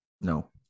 No